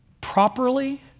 Properly